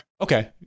okay